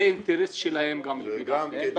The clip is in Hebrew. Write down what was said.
זה אינטרס שלהם גם כן.